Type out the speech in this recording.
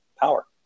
power